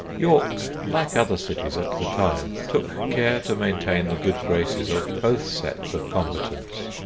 york, like other cities at the time, took care to maintain the good graces of both sets of combatants.